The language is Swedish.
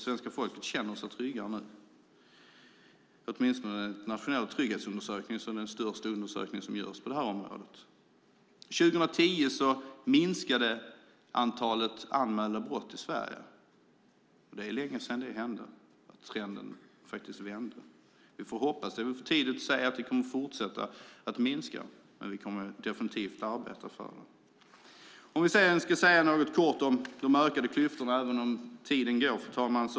Svenska folket känner sig tryggare nu, åtminstone enligt den nationella trygghetsundersökningen som är den största undersökning som görs på det här området. År 2010 minskade antalet anmälda brott i Sverige, och det är länge sedan det hände att trenden faktiskt vände. Det är väl för tidigt att säga att de kommer att fortsätta att minska, men vi kommer definitivt att arbeta för det. Jag ska också säga något kort om de ökade klyftorna, även om tiden går, fru talman.